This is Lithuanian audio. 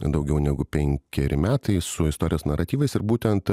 daugiau negu penkeri metai su istorijos naratyvais ir būtent